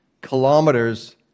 kilometers